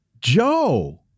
Joe—